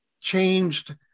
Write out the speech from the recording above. changed